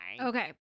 Okay